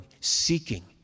seeking